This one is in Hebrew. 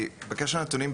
בקשר לנתונים,